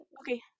Okay